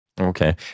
Okay